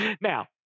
Now